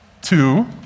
two